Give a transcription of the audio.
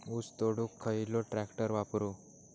ऊस तोडुक खयलो ट्रॅक्टर वापरू?